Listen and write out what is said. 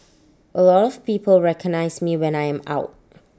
A lot of people recognise me when I am out